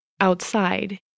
outside